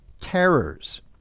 terrors